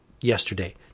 yesterday